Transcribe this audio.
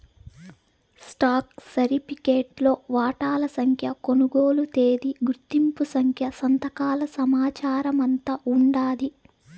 stock సరిఫికెట్లో వాటాల సంఖ్య, కొనుగోలు తేదీ, గుర్తింపు సంఖ్య, సంతకాల సమాచారమంతా ఉండాది